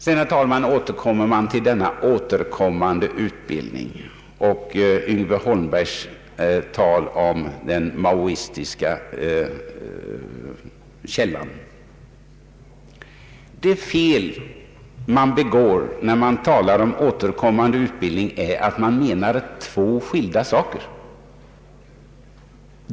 Sedan, herr talman, vände statsrådet tillbaka till den återkommande utbildningen och Yngve Holmbergs tal om den maoistiska källan. Det fel som man begår när man talar om återkommande utbildning är att man menar två skilda saker.